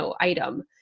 item